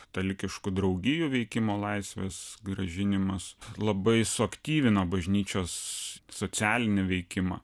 katalikiškų draugijų veikimo laisvės grąžinimas labai suaktyvino bažnyčios socialinį veikimą